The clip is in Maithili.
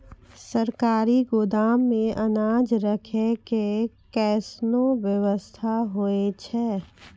सरकारी गोदाम मे अनाज राखै के कैसनौ वयवस्था होय छै?